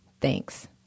Thanks